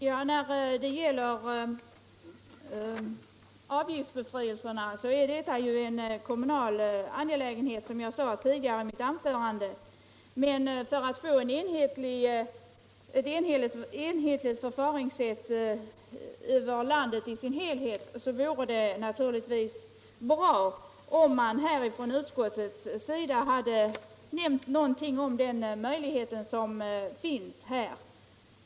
Herr talman! Frågan om avgiftsbefrielse är en kommunal angelägenhet, som jag sade i mitt anförande, men för att få till stånd ett enhetligt förfaringssätt över hela landet vore det naturligtvis bra om utskottet hade nämnt något om den möjlighet som här finns.